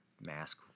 mask